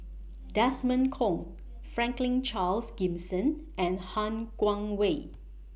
Desmond Kon Franklin Charles Gimson and Han Guangwei